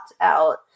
out